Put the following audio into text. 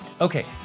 Okay